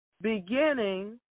beginning